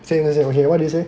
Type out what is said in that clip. same same okay what did you say